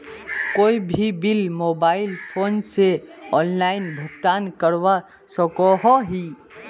कोई भी bill mobile phone से ऑनलाइन भुगतान करवा सकोहो ही?